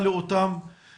יש לנו כבר שולחן עבודה